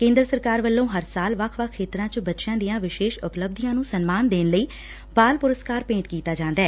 ਕੇਂਦਰ ਸਰਕਾਰ ਵੱਲੋਂ ਹਰ ਸਾਲ ਵੱਖ ਵੱਖ ਖੇਤਰਾਂ ਚ ਬਚਿਆਂ ਦੀਆਂ ਵਿਸ਼ੇਸ਼ ਉਪਲੱਬਧੀਆਂ ਨੂੰ ਸਨਮਾਨ ਦੇਣ ਲਈ ਬਾਲ ਪੁਰਸਕਾਰ ਭੇਂਟ ਕੀਤਾ ਜਾਂਦਾ ਐ